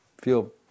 feel